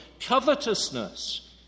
covetousness